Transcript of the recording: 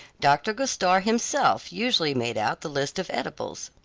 dr. gostar himself usually made out the list of eatables.